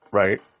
right